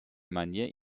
manière